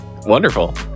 wonderful